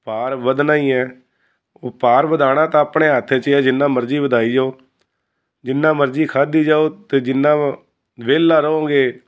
ਭਾਰ ਵਧਣਾ ਹੀ ਹੈ ਉਹ ਭਾਰ ਵਧਾਉਣਾ ਤਾਂ ਆਪਣੇ ਹੱਥ 'ਚ ਹੈ ਜਿੰਨਾ ਮਰਜ਼ੀ ਵਧਾਈ ਜਾਓ ਜਿੰਨਾ ਮਰਜ਼ੀ ਖਾਧੀ ਜਾਓ ਅਤੇ ਜਿੰਨਾ ਵਿਹਲਾ ਰਹੋਗੇ